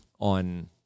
on